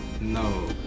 no